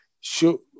Show